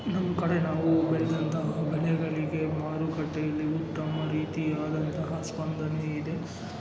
ನಮ್ಮ ಕಡೆ ನಾವೂ ಬೆಳ್ದಂಥ ಬೆಳೆಗಳಿಗೆ ಮಾರುಕಟ್ಟೆಯಲ್ಲಿ ಉತ್ತಮ ರೀತಿಯಾದಂತಹ ಸ್ಪಂದನೆ ಇದೆ